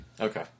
Okay